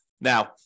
Now